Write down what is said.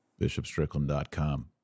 Bishopstrickland.com